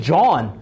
John